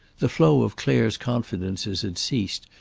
the flow of clare's confidences had ceased,